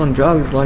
and drugs, like